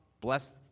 bless